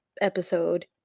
episode